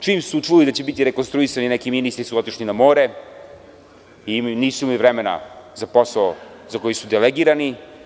Čim su čuli da će biti rekonstruisani neki ministri su otišli na more i nisu imali vremena za posao za koji su delegirani.